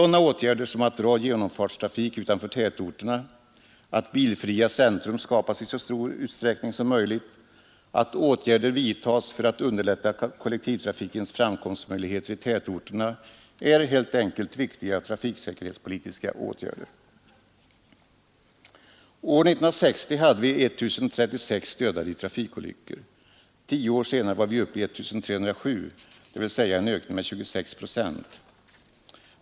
Att genom fartstrafik dras utanför tätorterna, att bilfria centra skapas i så stor utsträckning som möjligt, att insatser görs för att underlätta kollektivtrafikens framkomstmöjligheter i tätorterna är helt enkelt viktiga trafiksäkerhetspolitiska åtgärder. År 1960 hade vi 1036 dödade i trafikolyckor. Tio år senare var vi uppe i 1307, dvs. en ökning med 26 procent.